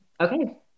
okay